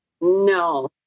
No